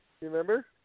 remember